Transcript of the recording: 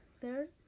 third